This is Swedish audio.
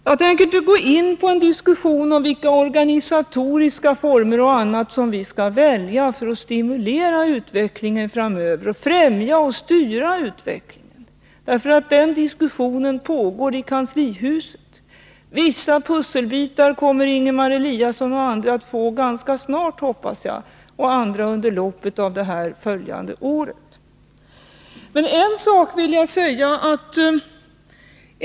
Jag tänker inte gå in på en diskussion om vilka organisatoriska former och annat som vi skall välja för att stimulera utvecklingen framöver och främja och styra den. Den diskussionen pågår i kanslihuset. Vissa pusselbitar kommer Ingemar Eliasson och andra att få ganska snart, hoppas jag, under loppet av det följande året. Men en sak vill jag säga.